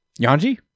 Yanji